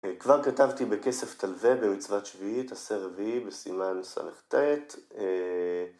כבר כתבתי בכסף תלווה במצוות שביעית, עשר רביעי, בסימן שלכתת.